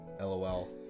LOL